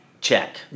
check